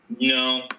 No